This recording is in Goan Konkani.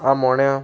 आमोण्या